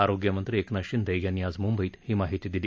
आरोग्यमंत्री एकनाथ शिंदे यांनी आज मुंबईत ही माहिती दिली